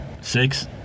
Six